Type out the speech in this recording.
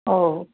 ओ